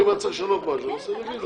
אם צריך לשנות נעשה רביזיה.